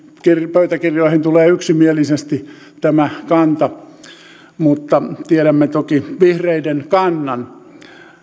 pöytäkirjoihin tulee yksimielisesti tämä kanta mutta tiedämme toki vihreiden kannan